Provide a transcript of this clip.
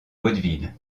vaudeville